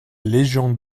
légion